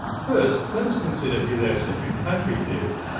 first let us consider heliocentric planetary theory.